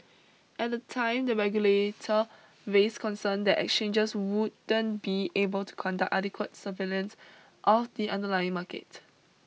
at the time the regulator raised concern that exchanges wouldn't be able to conduct adequate surveillance of the underlying market